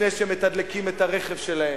לפני שהם מתדלקים את הרכב שלהם.